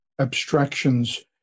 abstractions